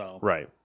Right